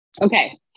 Okay